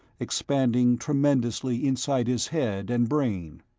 expanding tremendously inside his head and brain.